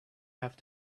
have